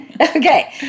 Okay